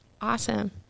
Awesome